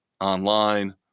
online